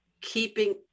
Keeping